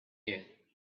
yet